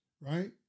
right